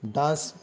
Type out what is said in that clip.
dance